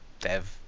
dev